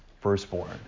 firstborn